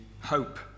hope